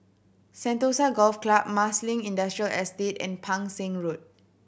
Sentosa Golf Club Marsiling Industrial Estate and Pang Seng Road